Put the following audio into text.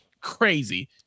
crazy